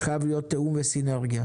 חייבים להיות תיאום וסינרגיה.